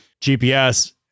GPS-